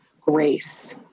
grace